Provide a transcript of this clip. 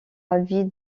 avis